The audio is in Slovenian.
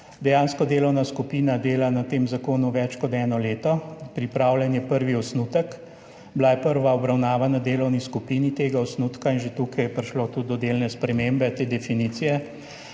Dejansko delovna skupina dela na tem zakonu več kot eno leto, pripravljen je prvi osnutek, bila je prva obravnava tega osnutka na delovni skupini in že tukaj je prišlo tudi do delne spremembe te definicije.